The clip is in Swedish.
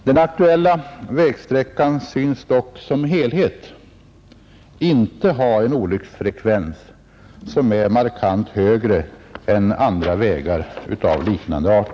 Den aktuella vägsträckan synes dock som helhet inte ha en markant högre olycksfrekvens än andra vägar av liknande art.